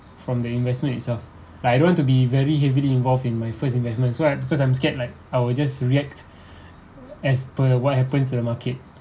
from the investment itself like I don't want to be very heavily involved in my first investments so I'm because I'm scared like I will just react as per what happens to the market